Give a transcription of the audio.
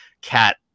cat